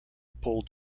pulled